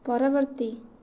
ପରବର୍ତ୍ତୀ